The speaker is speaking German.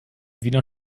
wiener